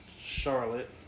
Charlotte